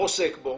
עוסק בו,